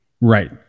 Right